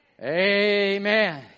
Amen